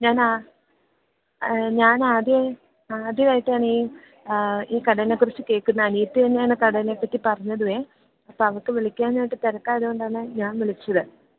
ഞാനാ ഞാനാദ്യം ആദ്യമായിട്ടാണീ ഈ കടേനെ കുറിച്ച് കേൾക്കുന്നത് അനീറ്റ തന്നെയാണ് കടേനെപ്പറ്റി പറഞ്ഞതുവേ അപ്പം അവൾക്ക് വിളിക്കാനായിട്ട് തിരക്കായത് കൊണ്ടാണ് ഞാന് വിളിച്ചത്